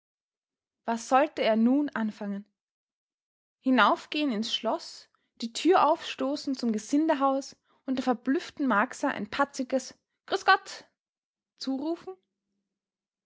was sollte er nun anfangen hinaufgehen ins schloß die tür aufstoßen zum gesindehaus und der verblüfften marcsa ein patziges grüß gott zurufen